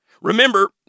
Remember